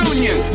Union